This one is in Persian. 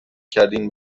کردین